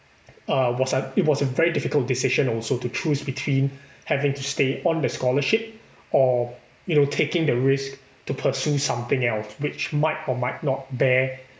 uh was a it was a very difficult decision also to choose between having to stay on the scholarship or you know taking the risk to pursue something else which might or might not bear